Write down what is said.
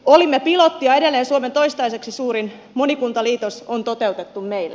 olimme pilotti ja edelleen suomen toistaiseksi suurin monikuntaliitos on toteutettu meillä